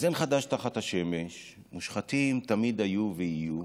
אז אין חדש תחת השמש, מושחתים תמיד היו ויהיו,